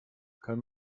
kann